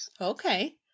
Okay